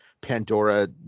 Pandora